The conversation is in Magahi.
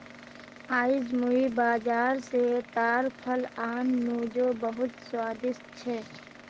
आईज मुई बाजार स ताड़ फल आन नु जो बहुत स्वादिष्ट छ